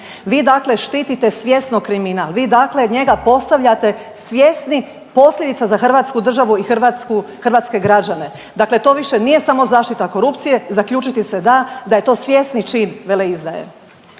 Vi dakle štitite svjesno kriminal, vi dakle njega postavljate svjesni posljedica za Hrvatsku državu i hrvatske građane, dakle to više nije samo zaštita korupcije zaključiti se da da je to svjesni čin veleizdaje.